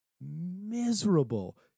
miserable